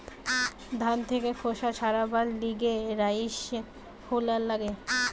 ধান থেকে খোসা ছাড়াবার লিগে রাইস হুলার লাগে